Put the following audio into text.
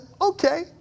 okay